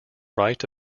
write